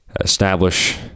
establish